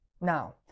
Now